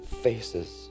faces